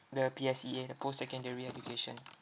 the P_S_E_A the post secondary education